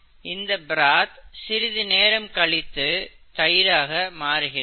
இந்த பிராத் சிறிது நேரம் கழித்து தயிராக மாறுகிறது